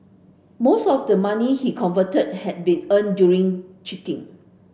most of the money he converted had been earned during cheating